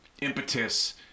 impetus